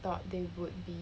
I thought they would be